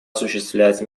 осуществлять